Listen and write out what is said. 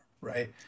right